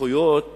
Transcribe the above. זכויות